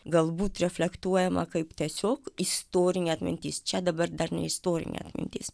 galbūt reflektuojama kaip tiesiog istorinė atmintis čia dabar dar ne istorinė atmintis